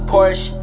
Porsche